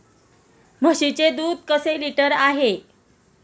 म्हशीचे दूध कसे लिटर आहे?